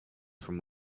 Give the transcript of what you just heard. from